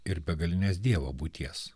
ir begalinės dievo būties